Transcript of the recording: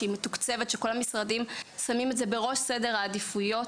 שהיא מתוקצבת ושכל המשרדים שמים את זה בראש סדר העדיפויות.